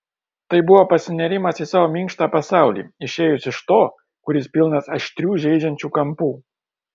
tai buvo pasinėrimas į savo minkštą pasaulį išėjus iš to kuris pilnas aštrių žeidžiančių kampų